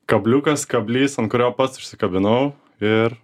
kabliukas kablys ant kurio pats užsikabinau ir